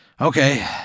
Okay